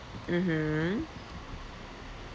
mmhmm